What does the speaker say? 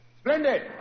Splendid